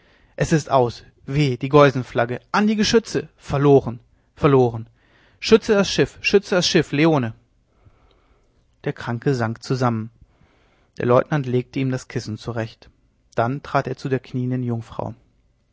es ist aus weh die geusenflagge an die geschütze verloren verloren schütze das schiff schütze das schiff leone der kranke sank zusammen der leutnant legte ihm das kissen zurecht dann trat er zu der knienden jungfrau